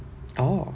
oh